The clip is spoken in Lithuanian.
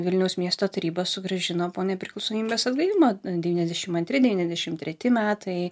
vilniaus miesto taryba sugrąžino po nepriklausomybės atgavimo devyniasdešimt antri devyniasdešimt treti metai